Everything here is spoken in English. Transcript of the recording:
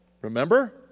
Remember